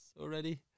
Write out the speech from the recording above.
already